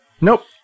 Nope